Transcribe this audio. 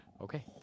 Okay